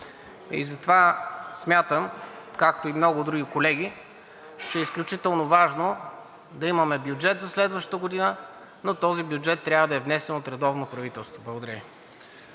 и затова смятам, както и много други колеги, че е изключително важно да имаме бюджет за следващата година, но този бюджет трябва да е внесен от редовно правителство. Благодаря.